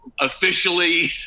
officially